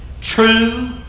true